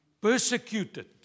persecuted